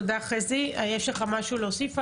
יש לך משהו להוסיף,